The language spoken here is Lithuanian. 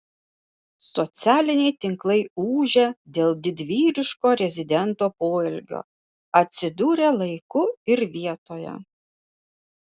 socialiniai tinklai ūžia dėl didvyriško rezidento poelgio atsidūrė laiku ir vietoje